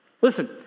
Listen